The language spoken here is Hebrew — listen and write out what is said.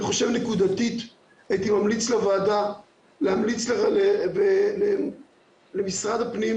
נקודתית הייתי ממליץ לוועדה להמליץ למשרד הפנים